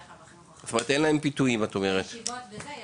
בדרך כלל בחינוך החרדי יש הזנה,